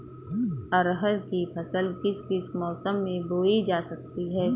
अरहर की फसल किस किस मौसम में बोई जा सकती है?